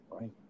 Right